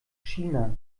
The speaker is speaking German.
china